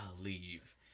leave